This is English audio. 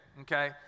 okay